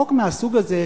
חוק מהסוג הזה,